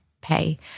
pay